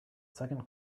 second